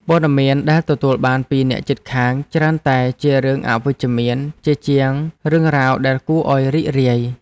ព័ត៌មានដែលទទួលបានពីអ្នកជិតខាងច្រើនតែជារឿងអវិជ្ជមានជាជាងរឿងរ៉ាវដែលគួរឱ្យរីករាយ។